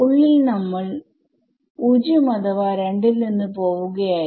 ഉള്ളിൽ നമ്മൾ 0 അഥവാ 2 ൽ നിന്ന് പോവുകയായിരുന്നു